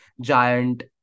giant